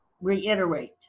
reiterate